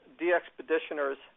de-expeditioners